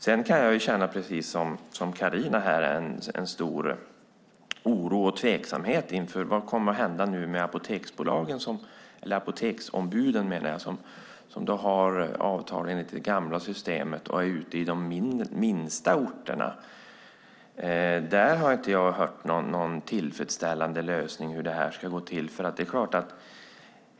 Sedan kan jag känna precis som Carina här en stor oro och tveksamhet. Vad kommer nu att hända med apoteksombuden som har avtal enligt det gamla systemet och som är ute i de minsta orterna? Där har jag inte hört någon tillfredsställande lösning på hur det ska gå till.